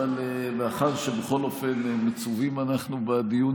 אבל מאחר שבכל אופן מצווים אנחנו בדיון